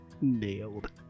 Nailed